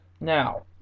Now